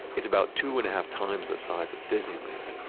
it's about two and a half times the size of disneyland,